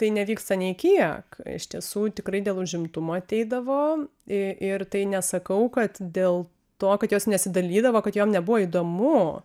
tai nevyksta nei kiek iš tiesų tikrai dėl užimtumo ateidavo i ir tai nesakau kad dėl to kad jos nesidalydavo kad jom nebuvo įdomu